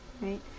right